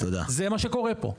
זה מה שקורה פה.